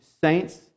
saints